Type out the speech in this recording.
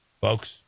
folks